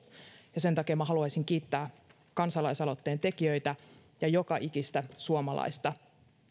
ja sen takia minä haluaisin kiittää kansalaisaloitteen tekijöitä ja joka ikistä suomalaista